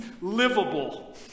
livable